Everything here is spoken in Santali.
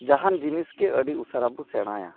ᱡᱟᱦᱟᱱ ᱡᱤᱱᱤᱥᱜᱮ ᱟᱹᱰᱤ ᱩᱥᱟᱹᱨᱟᱵᱚᱱ ᱥᱮᱬᱟᱭᱟ